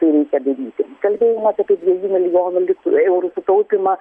tai reikia didinti kalbėjimas apie dviejų milijonų litų eu sutaupymą